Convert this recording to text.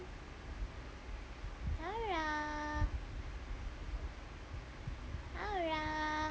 aura aura